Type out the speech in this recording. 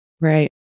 Right